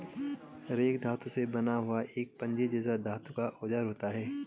rake धातु से बना हुआ एक पंजे जैसा धातु का औजार होता है